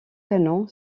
canon